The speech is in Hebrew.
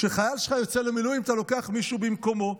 כשחייל שלך יוצא למילואים, אתה לוקח מישהו במקומו.